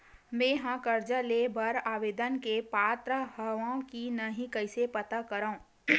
मेंहा कर्जा ले बर आवेदन करे के पात्र हव की नहीं कइसे पता करव?